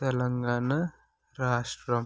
తెలంగాణ రాష్ట్రం